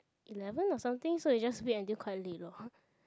eleven or something so we just wait until quite late lor